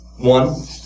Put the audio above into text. One